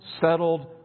settled